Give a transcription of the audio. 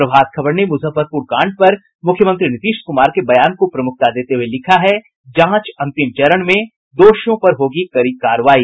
प्रभात खबर ने मुजफ्फरपुर कांड पर मुख्यमंत्री नीतीश कुमार के बयान को प्रमुखता देते हुए लिखा है जांच अंतिम चरण में दोषियों पर होगी कड़ी कार्रवाई